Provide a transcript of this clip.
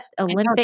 Olympic